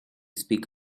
speak